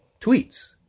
tweets